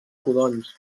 codonys